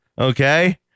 Okay